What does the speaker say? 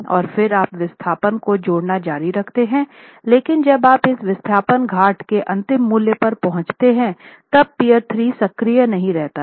और फिर आप विस्थापन को जोड़ना जारी रखते हैं लेकिन जब आप इस विस्थापन घाट के अंतिम मूल्य पर पहुंचते है तब पीअर 3 सक्रिय नहीं रहता है